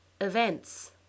Events